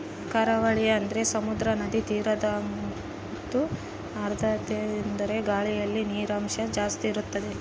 ಕರಾವಳಿ ಅಂದರೆ ಸಮುದ್ರ, ನದಿ ತೀರದಗಂತೂ ಆರ್ದ್ರತೆಯೆಂದರೆ ಗಾಳಿಯಲ್ಲಿ ನೀರಿನಂಶ ಜಾಸ್ತಿ ಇರುತ್ತದೆ